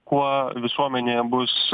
kuo visuomenėje bus